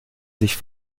sich